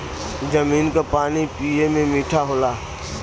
जमीन क पानी पिए में मीठा होला